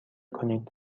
کنید